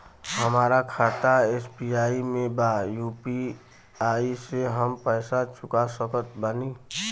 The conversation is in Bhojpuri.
हमारा खाता एस.बी.आई में बा यू.पी.आई से हम पैसा चुका सकत बानी?